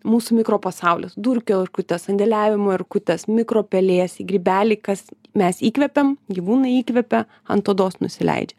mūsų mikropasaulis dulkių erkutės sandėliavimo erkutės mikropelėsiai grybeliai kas mes įkvepiam gyvūnai įkvepia ant odos nusileidžia